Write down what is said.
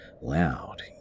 loud